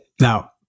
Now